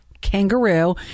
kangaroo